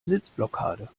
sitzblockade